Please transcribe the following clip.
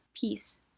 Peace